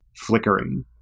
flickering